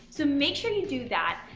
so make sure you do that.